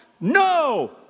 No